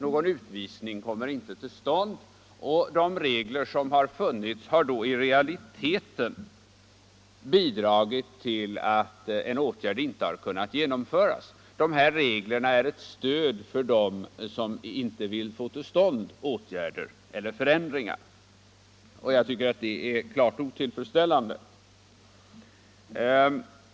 Någon utvisning kommer inte till stånd, och de regler som funnits har då i realiteten bidragit till att en åtgärd inte har kunnat genomföras. Dessa regler är ett stöd för dem som inte vill få till stånd åtgärder eller förändringar, och jag tycker att det är klart otillfredsställande.